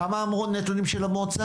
כמה אמרו הנתונים של המועצה?